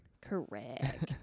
Correct